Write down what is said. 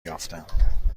یافتم